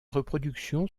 reproduction